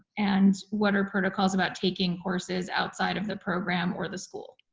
and what are protocols about taking courses outside of the program or the school?